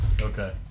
Okay